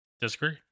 Disagree